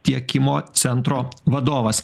tiekimo centro vadovas